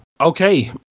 Okay